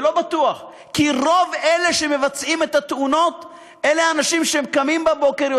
כי רוב אלה שמבצעים את התאונות הם אנשים שקמים בבוקר,